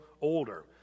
older